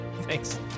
thanks